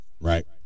right